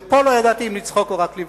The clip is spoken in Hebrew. ופה לא ידעתי אם לצחוק או רק לבכות.